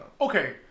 Okay